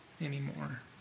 anymore